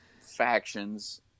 factions